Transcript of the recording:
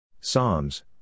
Psalms